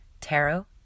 tarot